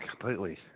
completely